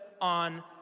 on